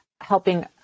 helping